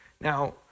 Now